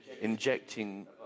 injecting